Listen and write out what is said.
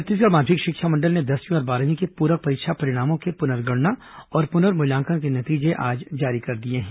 छत्तीसगढ़ माध्यमिक शिक्षा मंडल ने दसवीं और बारहवीं के पूरक परीक्षा परिणामों के पुनर्गणना और पुनर्मूल्यांकन के नतीजे आज जारी कर दिए हैं